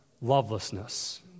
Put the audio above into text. lovelessness